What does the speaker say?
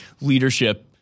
leadership